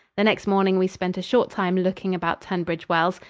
the next morning we spent a short time looking about tunbridge wells.